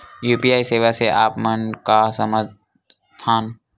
UPI सेवा से आप मन का समझ थान?